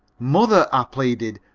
mother, i pleaded,